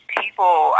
people